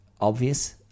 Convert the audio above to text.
obvious